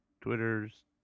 Twitters